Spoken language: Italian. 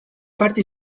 parti